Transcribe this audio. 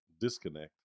disconnect